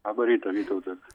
laba ryta vytautas